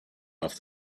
off